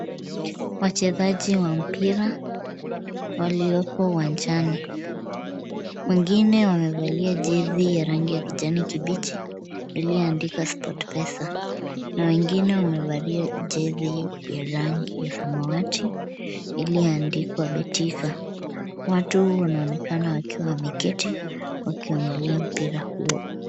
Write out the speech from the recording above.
Wachezaji wa mpira walioko uwanjani. Wengine wamevalia jezi ya rangi ya kijani kibichi iliyoandikwa sport pesa na wengine wamevalia jezi ya rangi ya samawati iliyoandikwa betika . Watu wanaonekana wakiwa wameketi wakiangalia mpira huo.